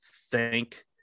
thank